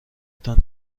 تان